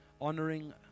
honoring